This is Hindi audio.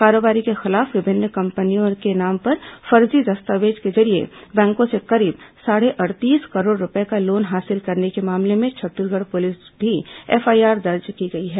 कारोबारी के खिलाफ विभिन्न कंपनियों के नाम पर फर्जी दस्तावेजों के जरिये बैंकों से करीब साढ़े अड़तीस करोड़ रूपये का लोन हासिल करने के मामले में छत्तीसगढ़ पुलिस द्वारा भी एफआईआर दर्ज की गई है